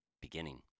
beginning